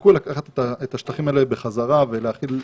הסיכוי לקחת את השטחים האלה בחזרה ולהחיל,